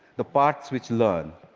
the parts which learn,